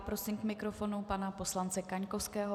Prosím k mikrofonu pana poslance Kaňkovského.